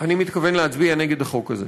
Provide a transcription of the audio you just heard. אני מתכוון להצביע נגד החוק הזה.